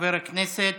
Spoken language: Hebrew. חבר הכנסת